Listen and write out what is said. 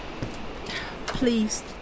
Please